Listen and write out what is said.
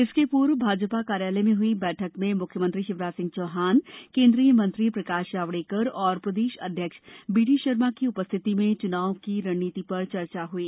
इसके पूर्व भाजपा कार्यालय में हुई बैठक में मुख्यमंत्री शिवराज सिंह चौहान केन्द्रीय मंत्री प्रकाश जावड़ेकर और प्रदेश अध्यक्ष बीडी शर्मा की उपस्थिति में चुनाव की रणनीति पर चर्चा हुई